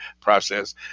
process